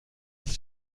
ist